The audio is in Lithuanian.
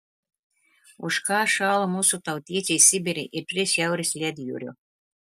už ką šalo mūsų tautiečiai sibire ir prie šiaurės ledjūrio